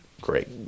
great